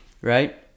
right